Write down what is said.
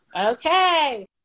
Okay